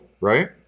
right